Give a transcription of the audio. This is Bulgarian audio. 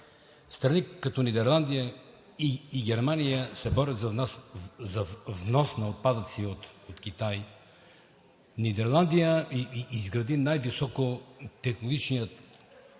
страни като Нидерландия и Германия се борят за внос на отпадъци от Китай. Нидерландия изгради най високотехнологичната